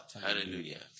Hallelujah